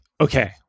okay